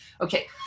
okay